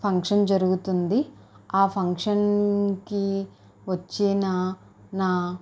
function జరుగుతుంది ఆ ఫంక్షన్కి వచ్చిన నా